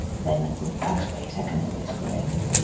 then with backspace i can always correct